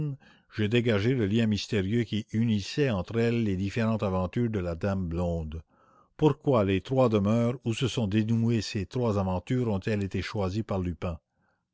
j'ai dégagé le lien mystérieux qui unissait entre elles les différentes aventures de la dame blonde je sais que les trois demeures où elles se sont toutes trois dénouées ont été bâties par